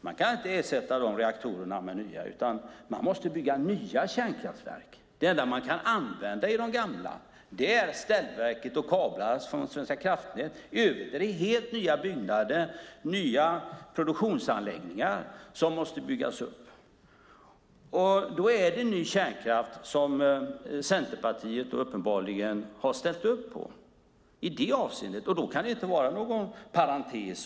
Man kan inte ersätta dessa reaktorer med nya, utan man måste bygga nya kärnkraftverk. Det enda man kan använda i de gamla är ställverket och kablar från Svenska Kraftnät. I övrigt är det helt nya byggnader och nya produktionsanläggningar som måste byggas upp. Därmed är det alltså ny kärnkraft som Centerpartiet uppenbarligen har ställt upp på i detta avseende.